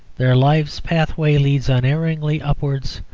their life's pathway leads unerringly upwards.